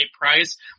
price